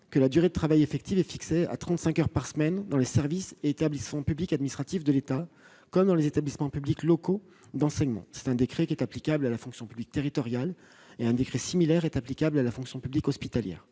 que la durée de travail effective est fixée à 35 heures par semaine dans les services et établissements publics administratifs de l'État comme dans les établissements publics locaux d'enseignement. Ce décret est applicable à la fonction publique territoriale, et un texte similaire est applicable à la fonction publique hospitalière.